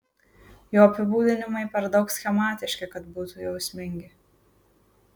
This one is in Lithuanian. jo apibūdinimai per daug schematiški kad būtų jausmingi